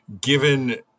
given